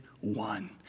one